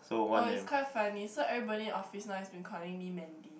oh it's quite funny so everybody in office now has been calling me Mandy